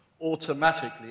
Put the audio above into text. automatically